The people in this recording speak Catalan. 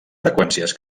freqüències